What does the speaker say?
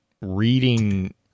reading